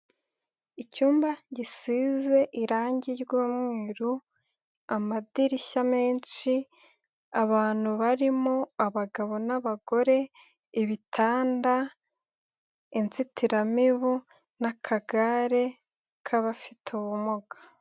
Icyumba gisize irangi ry'umweru, amadirishya menshi, abantu barimo abagabo n'abagore, ibitanda, inzitiramibu n'akagare k'abafite ubumuga.